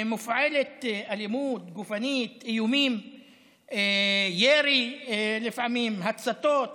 מופעלת אלימות גופנית, איומים, ירי לפעמים, הצתות